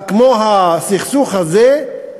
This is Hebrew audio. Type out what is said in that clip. כמו הסכסוך הזה,